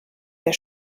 der